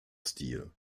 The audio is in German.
steel